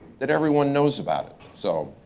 that everyone knows about it. so